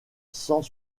cent